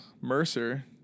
mercer